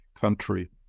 country